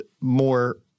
more